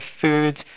food